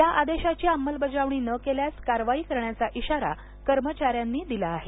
या आदेशाची अंमलबजावणी न केल्यास कारवाई करण्याचा इशारा कर्मचाऱ्यांनी दिला आहे